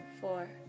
Four